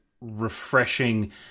refreshing